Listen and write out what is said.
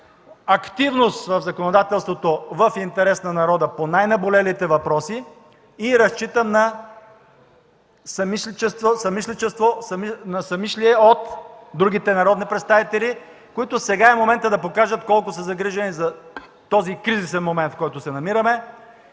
активност в законодателството в интерес на народа по най-наболелите въпроси. Разчитам на съмишлие от другите народни представители, които сега е моментът да покажат колко са загрижени за този кризисен момент, в който се намираме.